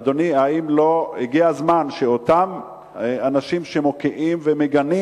אדוני: האם לא הגיע הזמן שאותם אנשים שמוקיעים ומגנים